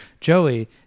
Joey